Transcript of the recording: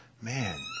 man